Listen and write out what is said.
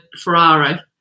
Ferrari